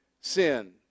sin